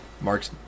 Mark's